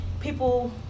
people